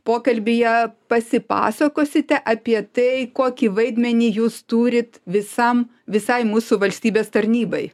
pokalbyje pasipasakosite apie tai kokį vaidmenį jūs turite visam visai mūsų valstybės tarnybai